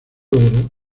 logró